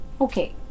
Okay